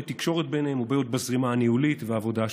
תקשורת ביניהם ובעיות בזרימה הניהולית והעבודה השוטפת.